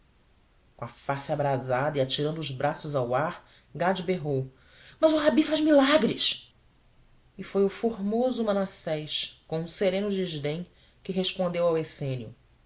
com a face abrasada e atirando os braços ao ar gade bradou mas o rabi faz milagres e foi o famoso manassés com um sereno desdém que respondeu ao essênio